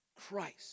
Christ